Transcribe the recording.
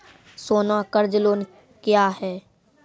सोना कर्ज लोन क्या हैं?